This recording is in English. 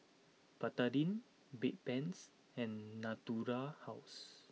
Betadine Bedpans and Natura House